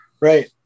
right